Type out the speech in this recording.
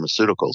pharmaceuticals